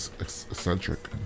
eccentric